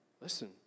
listen